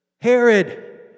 Herod